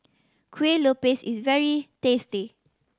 kue lupis is very tasty